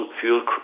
fuel